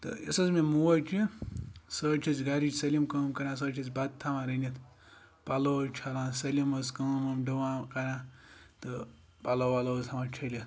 تہٕ یۄس حظ مےٚ موج چھِ سُہ حظ چھِ اَسہِ گَرِچ سٲلِم کٲم کَران سۄ حظ چھِ اَسہِ بَتہٕ تھَوان رٔنِتھ پَلو حظ چھَلان سٲلِم حظ کٲم وٲم ڈُوان کَران تہٕ پَلو وَلو حظ تھَوان چھٔلِتھ